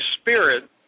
spirit